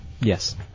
Yes